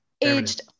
aged